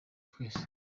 twese